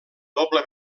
doble